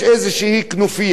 יש איזו כנופיה,